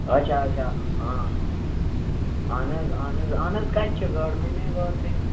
آچھا آچھا ہاں اہن حظ اہن حظ اہن حظ کَتہِ چھِ گاڈٕ وٕنہِ نَے واژَے نہٕ